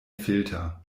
filter